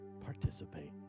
participate